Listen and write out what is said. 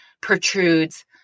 protrudes